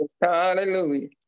Hallelujah